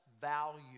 value